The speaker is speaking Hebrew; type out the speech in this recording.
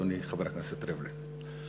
אדוני חבר הכנסת ריבלין.